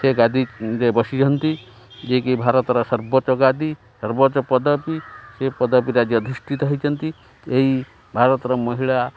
ସେ ଗାଦୀରେ ବସିଛନ୍ତି ଯିଏକି ଭାରତର ସର୍ବୋଚ୍ଚ ଗାଦୀ ସର୍ବୋଚ୍ଚ ପଦବୀ ସେ ପଦବୀ ରାଜ୍ୟ ଅଧିଷ୍ଠିତ ହେଇଛନ୍ତି ଏହି ଭାରତର ମହିଳା